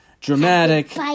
dramatic